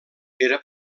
era